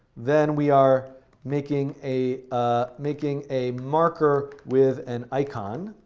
then we are making a ah making a marker with an icon,